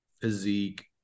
physique